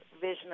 vision